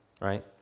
right